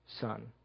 Son